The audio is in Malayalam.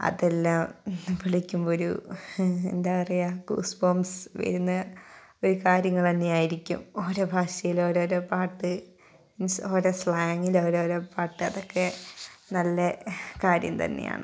അതെല്ലാം ഇന്ന് വിളിക്കുമ്പോൾ ഒരു എന്താ പറയാ ഗൂസ്പോംസ് വരുന്നു ഒരു കാര്യങ്ങൾ തന്നെയായിരിക്കും ഓരോ ഭാഷയിൽ ഓരോരോ പാട്ട് മീൻസ് ഓരോ സ്ലാംഗിലോരോരോ പാട്ട് അതൊക്കെ നല്ല കാര്യം തന്നെയാണ്